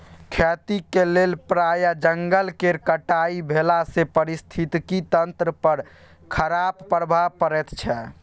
खेतीक लेल प्राय जंगल केर कटाई भेलासँ पारिस्थितिकी तंत्र पर खराप प्रभाव पड़ैत छै